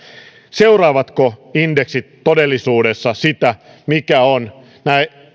seuraavatko indeksit todellisuudessa sitä mikä on